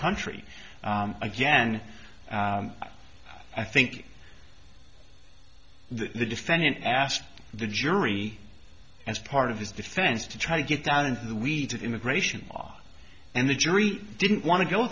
country again i think the defendant asked the jury as part of his defense to try to get down into the weeds of immigration law and the jury didn't want to go